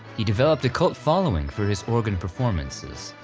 he developed a cult following for his organ performances,